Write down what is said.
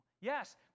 Yes